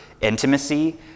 intimacy